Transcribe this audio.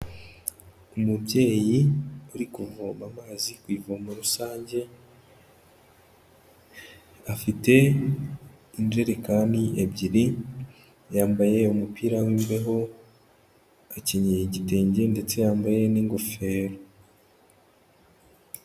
Umubyeyi uri kuvoma amazi ku ivomo rusange, afite injerekani ebyiri yambaye umupira w'imbeho, akenyeye igitenge ndetse yambaye n'ingofero.